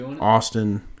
Austin